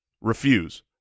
Refuse